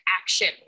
action